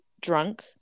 drunk